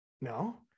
no